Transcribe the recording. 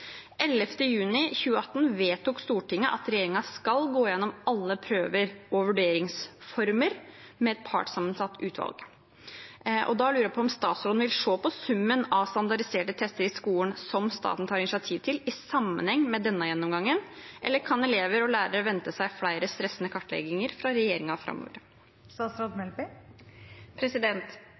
juni 2018 vedtok Stortinget at regjeringen skal gå gjennom alle prøver og vurderingsformer med et partssammensatt utvalg. Da lurer jeg på om statsråden vil se på summen av standardiserte tester i skolen som staten tar initiativ til, i sammenheng med denne gjennomgangen, eller kan elever og lærere vente seg flere stressende kartlegginger fra regjeringen framover?